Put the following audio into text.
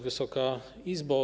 Wysoka Izbo!